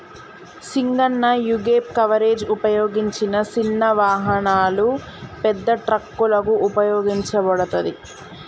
సింగన్న యీగేప్ కవరేజ్ ఉపయోగించిన సిన్న వాహనాలు, పెద్ద ట్రక్కులకు ఉపయోగించబడతది